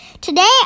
Today